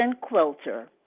quilter